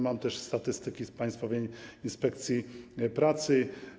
Mam statystyki z Państwowej Inspekcji Pracy.